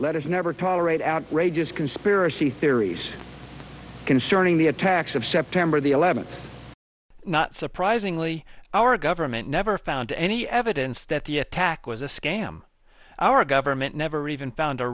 us never tolerate outrageous conspiracy theories concerning the attacks of september the eleventh not surprisingly our government never found any evidence that the attack was a scam our government never even found a